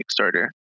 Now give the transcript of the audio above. Kickstarter